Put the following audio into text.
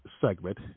segment